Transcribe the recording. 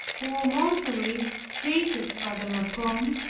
who mortally hated father la combe,